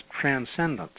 transcendence